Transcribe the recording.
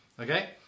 Okay